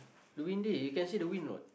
windy you can see the wind what